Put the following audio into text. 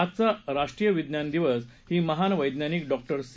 आजचा राष्ट्रीय विज्ञान दिवसही महान वैज्ञानिक डॉक्टर सी